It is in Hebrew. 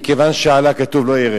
מכיוון שעלה, כתוב: לא ירד.